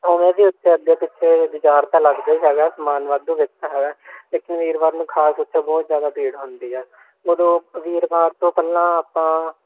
ਉਵੇਂ ਦੀ ਉੱਥੇ ਅੱਗੇ ਪਿੱਛੇ ਬਜ਼ਾਰ ਤਾਂ ਲੱਗਦੇ ਹੈਗਾ ਸਮਾਨ ਵਾਧੂ ਵੇਖਿਆ ਹੈਗਾ ਲੇਕਿਨ ਵੀਰਵਾਰ ਨੂੰ ਖਾਸ ਉੱਥੇ ਬਹੁਤ ਜ਼ਿਆਦਾ ਪੀੜ ਹੁੰਦੀ ਆ ਉਦੋਂ ਵੀਰਵਾਰ ਤੋਂ ਪਹਿਲਾਂ ਆਪਾਂ